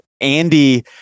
Andy